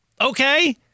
Okay